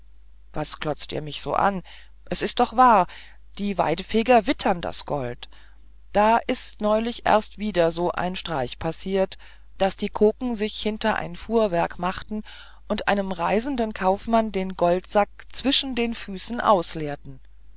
was glotzt ihr mich so an es ist doch wahr die waidfeger wittern das gold da ist neulich erst wieder so ein streich passiert daß die koken sich hinter ein fuhrwerk machten und einem reisenden kaufherrn den goldsack zwischen den füßen ausleerten